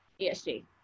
ESG